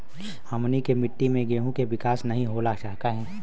हमनी के मिट्टी में गेहूँ के विकास नहीं होला काहे?